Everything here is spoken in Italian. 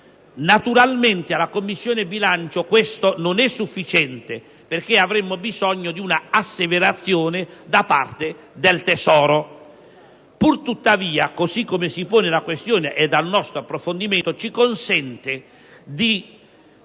Naturalmente alla Commissione bilancio ciò non è sufficiente, perché avremmo bisogno di un'asseverazione da parte del Tesoro.